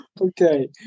okay